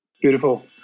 beautiful